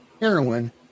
heroin